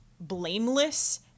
blameless